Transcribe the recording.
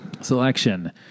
selection